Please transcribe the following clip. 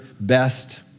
best